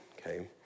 okay